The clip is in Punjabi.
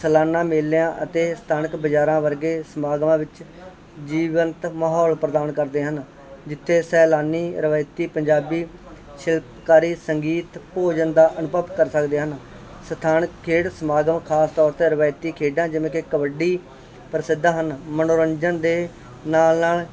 ਸਾਲਾਨਾ ਮੇਲਿਆਂ ਅਤੇ ਸਥਾਨਕ ਬਾਜ਼ਾਰਾਂ ਵਰਗੇ ਸਮਾਗਮਾਂ ਵਿੱਚ ਜੀਵੰਤ ਮਾਹੌਲ ਪ੍ਰਦਾਨ ਕਰਦੇ ਹਨ ਜਿੱਥੇ ਸੈਲਾਨੀ ਰਵਾਇਤੀ ਪੰਜਾਬੀ ਸ਼ਿਲਪਕਾਰੀ ਸੰਗੀਤ ਭੋਜਨ ਦਾ ਅਨੁਭਵ ਕਰ ਸਕਦੇ ਹਨ ਸਥਾਨਕ ਖੇਡ ਸਮਾਗਮ ਖਾਸ ਤੌਰ 'ਤੇ ਰਵਾਇਤੀ ਖੇਡਾਂ ਜਿਵੇਂ ਕਿ ਕਬੱਡੀ ਪ੍ਰਸਿੱਧ ਹਨ ਮਨੋਰੰਜਨ ਦੇ ਨਾਲ ਨਾਲ